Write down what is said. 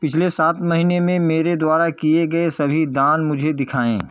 पिछले सात महीने में मेरे द्वारा किए गए सभी दान मुझे दिखाएँ